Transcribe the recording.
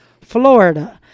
Florida